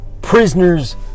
prisoners